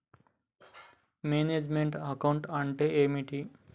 Manage meant account అంటే ఏమిటి?